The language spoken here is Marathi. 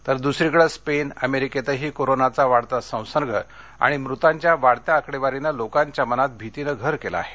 तर दुसरीकडे स्पेन अमेरिकेतही कोरोनाचा वाढता संसर्ग आणि मृतांच्या वाढत्या आकडेवारीने लोकांच्या मनात भीतीने घर केलं आहे